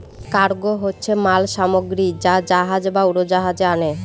cargo হচ্ছে মাল সামগ্রী যা জাহাজ বা উড়োজাহাজে আনে